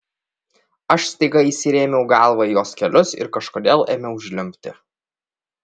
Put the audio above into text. aš staiga įsirėmiau galva į jos kelius ir kažkodėl ėmiau žliumbti